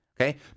Okay